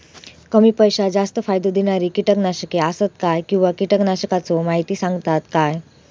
कमी पैशात जास्त फायदो दिणारी किटकनाशके आसत काय किंवा कीटकनाशकाचो माहिती सांगतात काय?